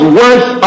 worth